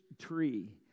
tree